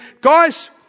guys